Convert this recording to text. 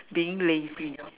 being lazy